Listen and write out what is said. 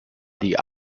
the